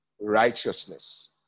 righteousness